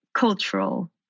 cultural